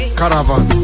caravan